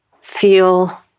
feel